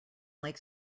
like